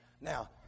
Now